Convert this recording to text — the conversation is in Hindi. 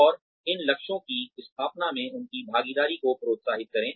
और इन लक्ष्यों की स्थापना में उनकी भागीदारी को प्रोत्साहित करें